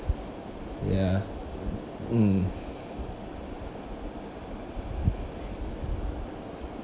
ya mm